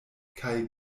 kaj